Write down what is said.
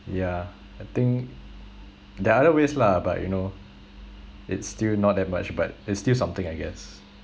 yeah I think there are other ways lah but you know it's still not that much but it's still something I guess